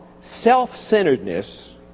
self-centeredness